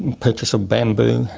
and purchase of bamboo,